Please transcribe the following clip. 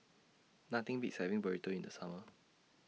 Nothing Beats having Burrito in The Summer